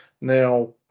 Now